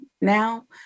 now